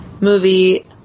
movie